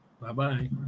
Bye-bye